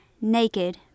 naked